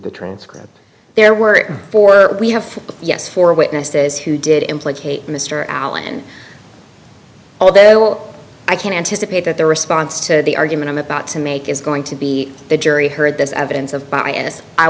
the transcripts there were four but we have yes four witnesses who did implicate mr allen although well i can anticipate that their response to the argument i'm about to make is going to be the jury heard this evidence of bias